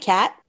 Cat